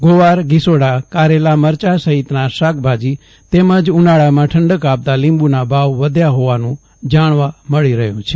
ગોવાર ગિસોડા કારેલા મરચાં સહિતના શાકભાજી તેમજ ઉનાળામાં ઠંડક આપતા લીંબુના ભાવ વધ્યા હોવાનું જાણવા મળી રહ્યુ છે